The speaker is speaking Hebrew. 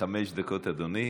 חמש דקות, אדוני.